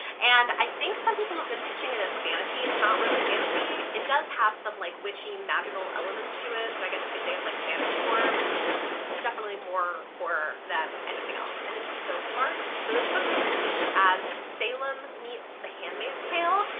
and i think some people have been pitching it as fantasy. it's not really fantasy. it does have some like witchy magical elements to it, so i guess you could say it's like fantasy horror, but this is, this is definitely more horror than anything else, and it's so smart! so this book has been pitched as salem meets the handmaid's tale,